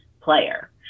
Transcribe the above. player